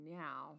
now